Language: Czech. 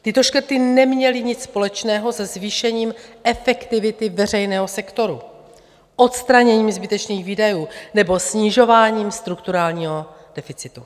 Tyto škrty neměly nic společného se zvýšením efektivity veřejného sektoru, odstraněním zbytečných výdajů nebo snižováním strukturálního deficitu.